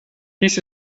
dies